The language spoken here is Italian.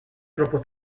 troppo